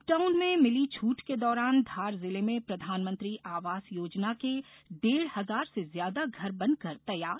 lockdown में मिली छुट के दौरान धार जिले में प्रधानमंत्री आवास योजना के डेढ़ हजार से ज्यादा घर बनकर तैयार